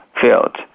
field